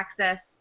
access